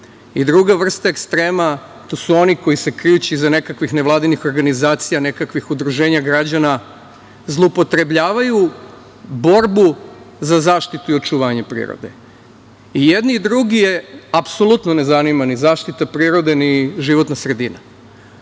reke. Druga vrsta ekstrema, to su oni koji se krijući iza nekakvih nevladinih organizacija, nekakvih udruženja građana, zloupotrebljavaju borbu za zaštitu i očuvanje prirode.I jedne i druge apsolutno ne zanima zaštita prirode, ni životna sredina.